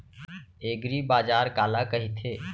एगरीबाजार काला कहिथे?